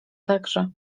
także